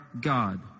God